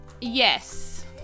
yes